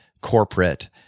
corporate